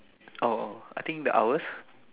oh I think the hours